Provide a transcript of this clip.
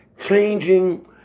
changing